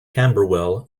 camberwell